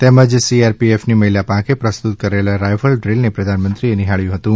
તેમજ સીઆરપીએફની મહિલા પાંખે પ્રસ્તુત કરેલા રાયફલ ડ્રીલને પ્રધાનમંત્રીએ નિહાબ્યું હતું